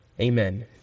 amen